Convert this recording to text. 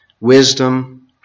wisdom